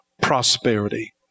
prosperity